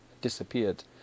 disappeared